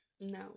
No